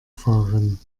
fahren